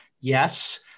Yes